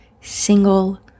single